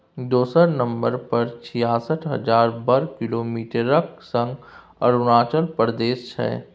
दोसर नंबर पर छियासठ हजार बर्ग किलोमीटरक संग अरुणाचल प्रदेश छै